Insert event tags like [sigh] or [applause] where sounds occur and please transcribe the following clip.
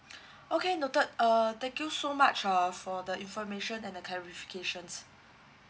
[breath] okay noted uh thank you so much uh for the information and the clarifications